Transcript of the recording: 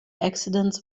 accidents